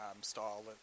style